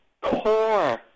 core